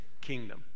kingdom